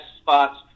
spots